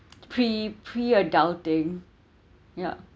pre pre adulting ya